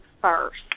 first